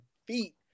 feet